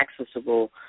accessible